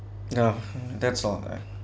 oh that's all leh